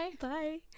Bye